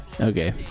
Okay